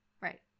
Right